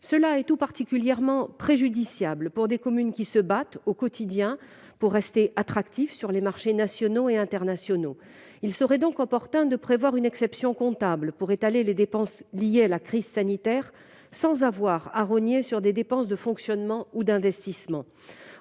Cela est tout particulièrement préjudiciable pour des communes qui se battent au quotidien pour rester attractives sur les marchés nationaux et internationaux. Il serait donc opportun de prévoir une exception comptable afin que les communes puissent étaler les dépenses liées à la crise sanitaire sans avoir à rogner sur des dépenses de fonctionnement et d'investissement.